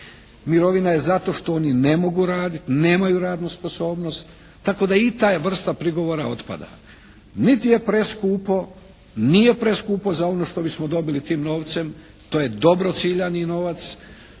mirovina je zato što oni ne mogu raditi, nemaju radnu sposobnost tako da i ta vrsta prigovora otpada. Niti je preskupo, nije preskupo za ono što bismo dobili tim novce, to je dobro ciljani novac.